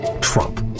Trump